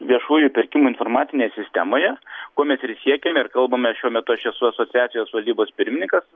viešųjų pirkimų informacinėje sistemoje ko mes ir siekėme ir kalbame šiuo metu aš esu asociacijos valdybos pirmininkas